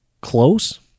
close